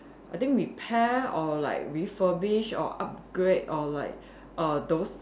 I think repair or like refurbish or upgrade or like err those